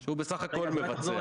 שהוא בסך הכול מבצע.